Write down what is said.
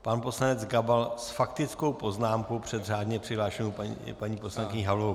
Pan poslanec Gabal s faktickou poznámkou před řádně přihlášenou paní poslankyní Havlovou.